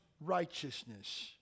righteousness